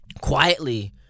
quietly